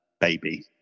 baby